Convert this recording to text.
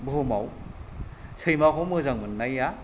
बुहुमाव सैमाखौ मोजां मोननाया